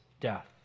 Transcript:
death